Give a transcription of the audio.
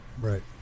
Right